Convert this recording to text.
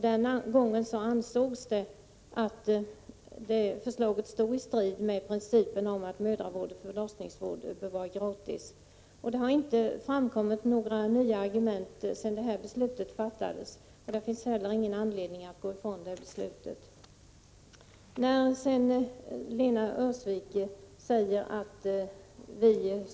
Den gången ansågs det att förslaget stod i strid med principen att mödravården och förlossningsvården bör vara gratis. Det har inte framkommit några nya argument sedan detta beslut fattades. Det finns heller ingen anledning att gå ifrån det fattade beslutet.